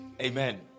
Amen